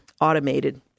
automated